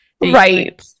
right